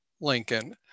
Lincoln